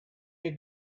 you